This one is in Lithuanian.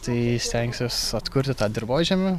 tai stengsiuos atkurti tą dirvožemį